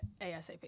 ASAP